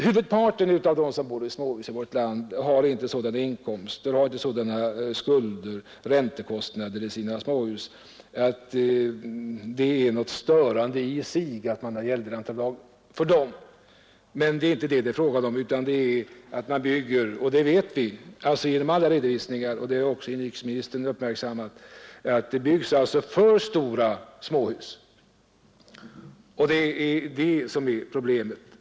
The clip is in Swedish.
Huvudparten av dem som bor i småhus i vårt land har inte sådana inkomster och sådana räntekostnader för sina småhus, att det är något störande i sig att man har gäldränteavdraget för dem. Men det är inte frågan om det, utan problemet är — det vet vi genom olika redovisningar och det är också inrikesministern uppmärksammad på — att det byggs för många stora småhus.